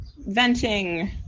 venting